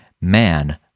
man